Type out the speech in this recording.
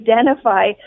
identify